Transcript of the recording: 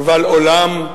קבל עולם,